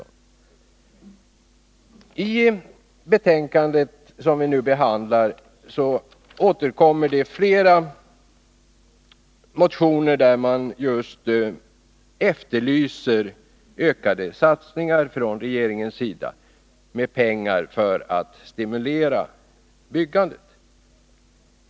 I det betänkande som vi nu behandlar återkommer det i flera motioner att man efterlyser ökade satsningar från regeringens sida med pengar för att stimulera byggandet.